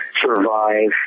survive